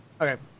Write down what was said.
Okay